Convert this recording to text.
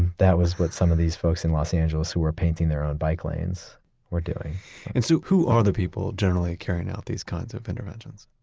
that was what some of these folks in los angeles who were painting their own bike lanes were doing and so who are the people, generally, carrying out these kinds of interventions?